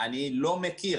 אני לא מכיר.